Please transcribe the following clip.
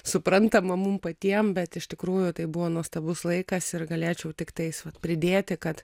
suprantama mum patiem bet iš tikrųjų tai buvo nuostabus laikas ir galėčiau tiktais vat pridėti kad